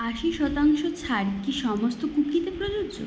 আশি শতাংশ ছাড় কি সমস্ত কুকিতে প্রযোজ্য